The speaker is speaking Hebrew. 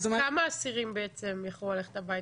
אז כמה אסירים בעצם יכלו ללכת הביתה?